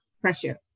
pressure